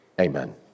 Amen